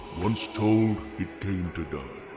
once told, it came to die.